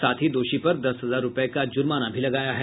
साथ दोषी पर दस हजार रुपये का जुर्माना भी लगाया है